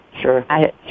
Sure